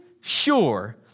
sure